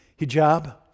hijab